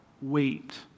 wait